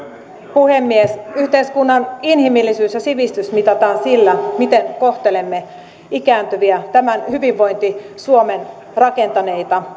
puhemies yhteiskunnan inhimillisyys ja sivistys mitataan sillä miten kohtelemme ikääntyviä tämän hyvinvointi suomen rakentaneita